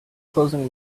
closing